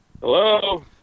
Hello